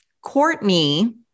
Courtney